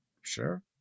Sure